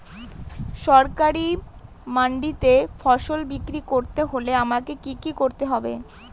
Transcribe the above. সরকারি মান্ডিতে ফসল বিক্রি করতে হলে আমাকে কি কি করতে হবে?